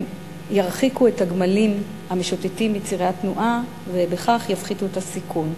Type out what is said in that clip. ירחיקו את הגמלים המשוטטים בצירי התנועה ובכך יפחיתו את הסיכון.